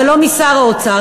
אבל לא משר האוצר.